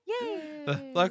yay